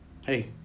hey